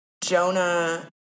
Jonah